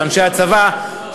ואנשי הצבא,